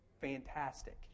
fantastic